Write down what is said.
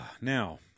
Now